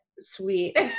Sweet